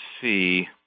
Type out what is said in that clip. see